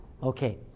Okay